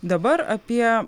dabar apie